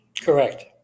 correct